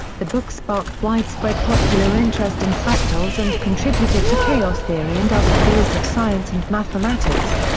the book sparked widespread popular interest in fractals and contributed to chaos theory and other fields of science and mathematics.